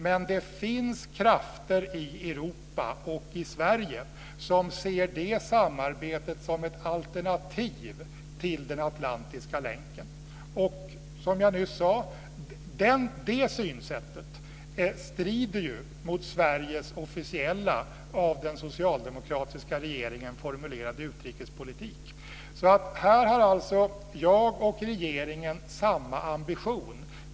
Men det finns krafter i Europa och i Sverige som ser det samarbetet som ett alternativ till den atlantiska länken och, som jag nyss sade, det synsättet strider ju mot Sveriges officiella, av den socialdemokratiska regeringen formulerade utrikespolitiken. Här har alltså jag och regeringen samma ambition.